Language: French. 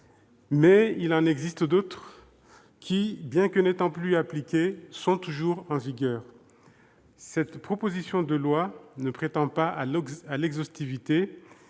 Mais il en existe d'autres, qui, bien qu'elles ne soient plus appliquées, sont toujours en vigueur. Cette proposition de loi ne prétend pas à l'exhaustivité